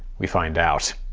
we find out.